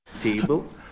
table